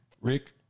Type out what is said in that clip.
rick